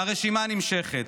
והרשימה נמשכת.